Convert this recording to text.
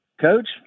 Coach